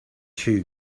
too